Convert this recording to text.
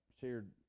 shared